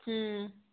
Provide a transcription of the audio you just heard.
اۭں